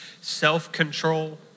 self-control